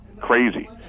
crazy